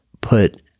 put